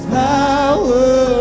power